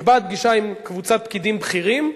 נקבעת פגישה עם פקידים בכירים,